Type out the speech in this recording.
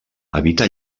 habita